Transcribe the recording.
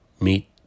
meet